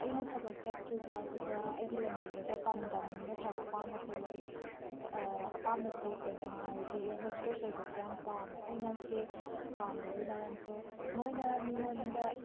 ꯑꯩꯅ ꯊꯕꯛ ꯆꯠꯇ꯭ꯔꯤꯕ ꯑꯗꯨꯒ ꯑꯩꯒꯤ ꯂꯟꯅꯥꯏꯒꯤ ꯑꯣꯏꯕ ꯄꯥꯟꯗꯝ ꯅꯠꯇ꯭ꯔꯒ ꯑꯄꯥꯝꯕꯁꯦ ꯂꯩ ꯑꯄꯥꯝꯕꯁꯦ ꯀꯩꯅꯣ ꯍꯥꯏꯔꯗꯤ ꯑ꯭ꯌꯔ ꯍꯣꯁꯇ꯭ꯔꯦꯁ ꯑꯣꯏꯕꯁꯦ ꯌꯥꯝꯅ ꯄꯥꯝꯃꯦ ꯑꯩꯅ ꯃꯁꯤ ꯄꯥꯝꯕꯒꯤ ꯃꯔꯝꯁꯦ ꯃꯣꯏꯅ ꯃꯤꯉꯣꯟꯗ